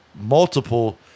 multiple